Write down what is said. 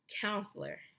counselor